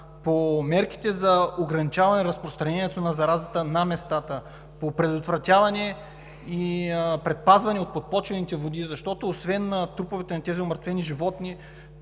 по мерките за ограничаване разпространението на заразата на местата, по предотвратяване заразяването и предпазване на подпочвените води. Освен от труповете на тези умъртвени животни,